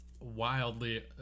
wildly